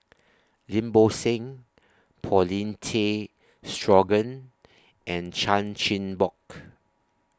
Lim Bo Seng Paulin Tay Straughan and Chan Chin Bock